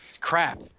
Crap